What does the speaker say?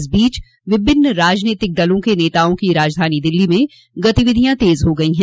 इस बीच विभिन्न राजनीतिक दलों के नेताओं की राजधानी दिल्ली में गतिविधियां तेज हो गई हैं